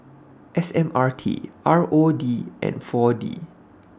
S M R T R O D and four D